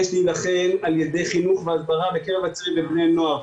יש להילחם על ידי חינוך והסברה בקרב הצעירים ובני הנוער.